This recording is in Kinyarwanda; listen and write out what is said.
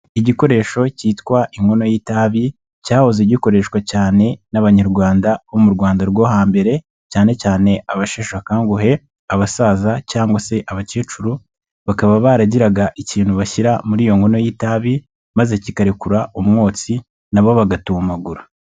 Igikoresho cyitwa inkono y'itabi cyahoze gikoreshwa cyane n'Abanyarwanda bo mu Rwanda rwo hambere cyane cyane abasheshakanguhe, abasaza cyangwa se abakecuru bakaba baragiraga ikintu bashyira muri iyo nkono y'itabi maze kikarekura umwotsi nabo bagatumamagura.